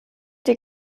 die